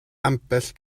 ambell